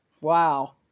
Wow